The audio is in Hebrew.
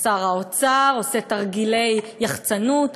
או שר האוצר עושה תרגילי יחצ"נות.